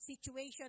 situation